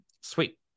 sweet